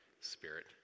spirit